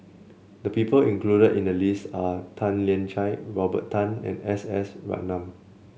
the people included in the list are Tan Lian Chye Robert Tan and S S Ratnam